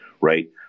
right